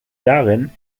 darin